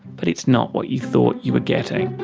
but it's not what you thought you were getting.